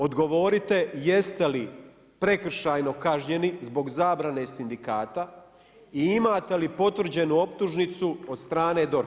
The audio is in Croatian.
Odgovorite jeste li prekršajno kažnjeni zbog zabrane sindikata i imate li potvrđenu optužnicu od strane DORH-a?